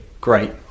great